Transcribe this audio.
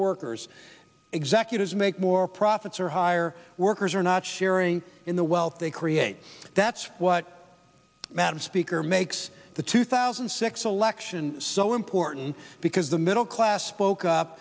workers executives make more profits or hire workers are not sharing in the wealth they create that's what matters speaker makes the two thousand and six election so important because the middle class spoke up